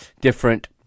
different